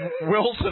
Wilson